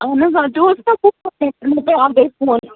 اَہن حظ آ